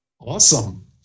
Awesome